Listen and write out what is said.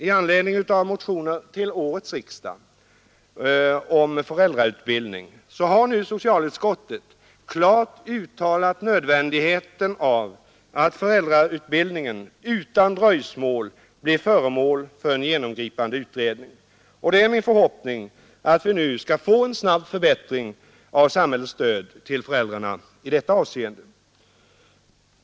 I anledning av motioner till årets riksdag om föräldrautbildning har nu socialutskottet klart uttalat nödvändigheten av att föräldrautbildningen utan dröjsmål blir föremål för en genomgripande utredning. Det är min förhoppning att vi skall få en snabb förbättring av samhällets stöd till föräldrarna i detta avseende.